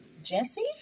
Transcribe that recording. jesse